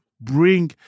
bring